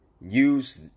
use